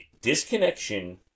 disconnection